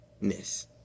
ness